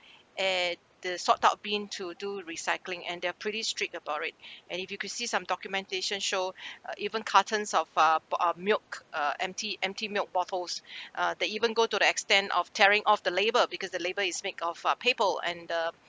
eh they sort out bin to do recycling and they're pretty strict about it and if you could see some documentation show uh even cartons of uh b~ uh milk uh empty empty milk bottles uh they even go to the extend of tearing of the label because the label is make of uh paper and uh